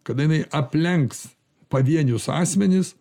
kada jinai aplenks pavienius asmenis